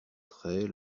très